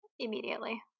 Immediately